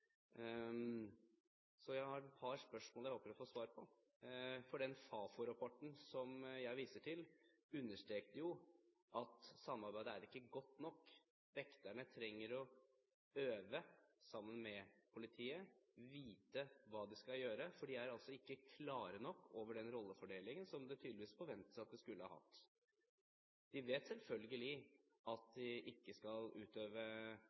Så jeg har et par spørsmål jeg håper å få svar på. Den Fafo-rapporten som jeg viste til, understreket jo at samarbeidet ikke er godt nok. Vekterne trenger å øve sammen med politiet, vite hva de skal gjøre, for de er altså ikke klar nok over den rollefordelingen som det tydeligvis forventes at de skulle ha hatt. De vet selvfølgelig at de ikke skal utøve